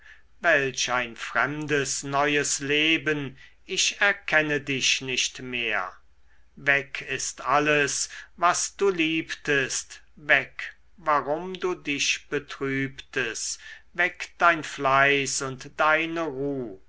welch ein fremdes neues leben ich erkenne dich nicht mehr weg ist alles was du liebtest weg warum du dich betrübtest weg dein fleiß und deine ruh